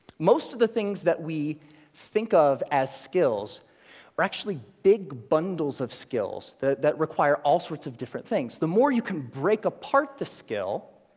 most of the things that we think of as skills are actually big bundles of skills that that require all sorts of different things. the more you can break apart the skill,